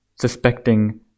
suspecting